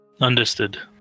Understood